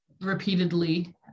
repeatedly